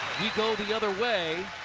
you know the other way,